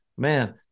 man